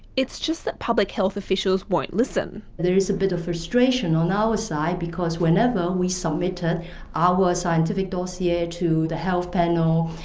it's just that public health officials won't listen. there is a bit of frustration on our side because whenever we submitted our scientific dossier ah to the health panel, ah.